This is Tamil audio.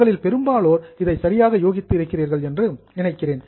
உங்களில் பெரும்பாலோர் இதை சரியாக யூகித்து இருக்கிறீர்கள் என்று நினைக்கிறேன்